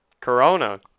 Corona